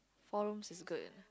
four room is good